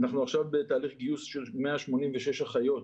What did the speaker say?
אנחנו עכשיו בתהליכי גיוס של 186 אחיות,